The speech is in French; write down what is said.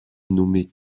nommés